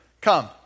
Come